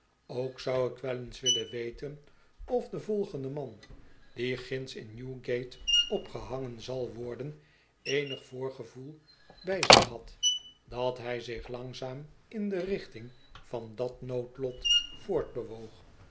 ook zou ik wel eens willen weten of de volgende man die ginds in newgate opgehangen zal worden eenig voorgevoel bij zich had dat hij zich langzaam in de richting van dat noodlot voortbewoog